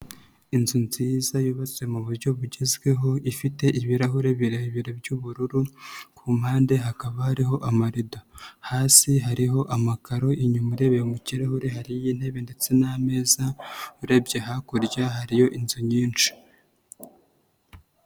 Inzu nziza yubatse mu buryo bugezweho ifite ibirahure birebire by'ubururu, ku mpande hakaba hariho amarido. Hasi hariho amakaro, inyuma arebebera mu kirahure hari y'intebe ndetse n'ameza, urebye hakurya hariyo inzu nyinshi.